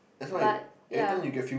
but ya